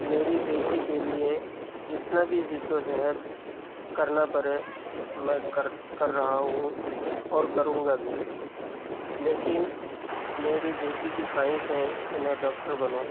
میری بیٹی کے لیے جتنا بھی جد و جہد کرنا پڑے میں کر کر رہا ہوں اور کروں گا بھی لیکن میری بیٹی کی خواہش ہے کہ میں ڈاکٹر بنوں